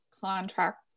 contract